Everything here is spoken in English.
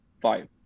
five